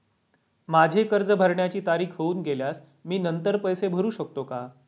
माझे कर्ज भरण्याची तारीख होऊन गेल्यास मी नंतर पैसे भरू शकतो का?